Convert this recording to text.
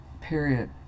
period